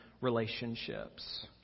relationships